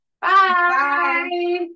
Bye